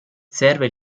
serve